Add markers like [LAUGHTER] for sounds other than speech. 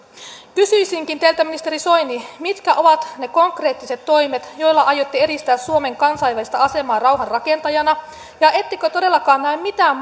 kysyisinkin teiltä ministeri soini mitkä ovat ne konkreettiset toimet joilla aiotte edistää suomen kansainvälistä asemaa rauhanrakentajana ja ettekö todellakaan näe mitään [UNINTELLIGIBLE]